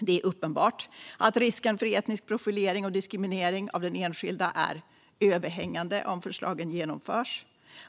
Det är uppenbart att risken för etnisk profilering och diskriminering av enskilda är överhängande om förslagen genomförs.